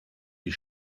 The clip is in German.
die